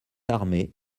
armé